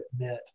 admit